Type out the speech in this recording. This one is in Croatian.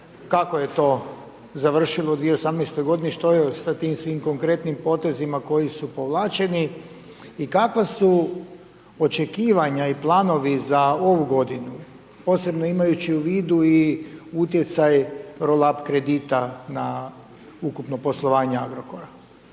kako je to završilo u 2018. godini, što je od sa svim tim konkretnim potezima koji su povlačeni i kakva su očekivanja i planovi za ovu godinu, posebno imajući u vidu i utjecaj rolap kredita na ukupno poslovanje Agrokora.